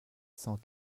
cent